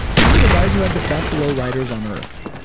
these were the guys who had the best low riders on earth,